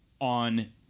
on